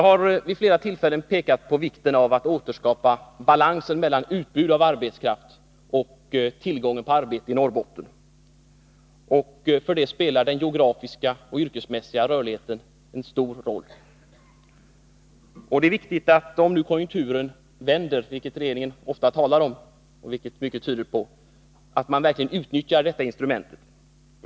Vi har vid flera tillfällen klart markerat att det är nödvändigt att återskapa balans mellan utbud av arbetskraft och tillgång på arbete i Norrbotten. För att uppnå detta spelar en ökad geografisk och yrkesmässig rörlighet en stor roll. Om nu konjunkturen vänder, vilket regeringen ofta talar om och vilket mycket tyder på, är det viktigt att man verkligen utnyttjar detta instrument.